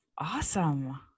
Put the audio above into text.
Awesome